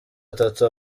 atatu